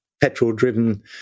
petrol-driven